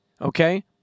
okay